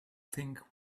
think